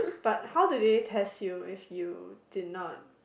but how do they test you if you did not